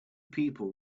people